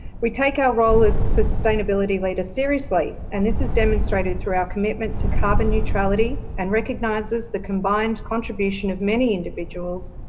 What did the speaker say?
we take our role as sustainability leaders seriously and this is demonstrated through our commitment to carbon neutrality and recognises the combined contribution of many individuals,